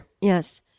yes